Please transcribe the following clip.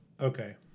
okay